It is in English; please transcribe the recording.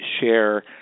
share